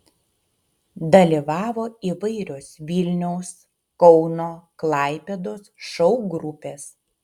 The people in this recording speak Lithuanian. dalyvavo įvairios vilniaus kauno klaipėdos šou grupės